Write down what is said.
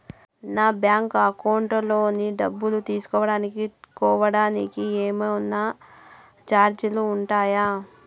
నా bank account లోని డబ్బు తెలుసుకోవడానికి కోవడానికి ఏమన్నా చార్జీలు ఉంటాయా?